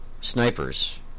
snipers